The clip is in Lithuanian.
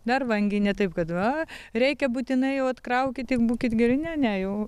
dar vangiai ne taip kad va reikia būtinai jau atkraukit tik būkit geri ne ne jau